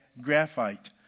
graphite